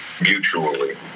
mutually